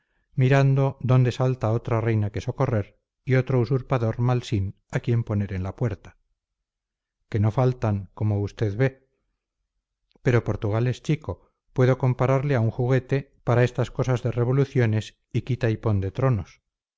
mirando dónde salta otra reina que socorrer y otro usurpador malsín a quien poner en la puerta que no faltan como usted ve pero portugal es chico puedo compararle a un juguete para estas cosas de revoluciones y quita y pon de tronos